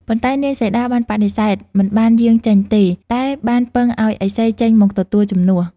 ប៉ុន្តែនាងសីតាបានបដិសេធ មិនបានយាងចេញទេ តែបានពឹងឱ្យឥសីចេញមកទទួលជំនួស។